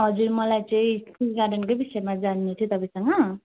हजुर मलाई चाहिँ टी गार्डनकै विषयमा जान्नु थियो तपाईँसँग